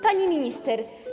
Pani Minister!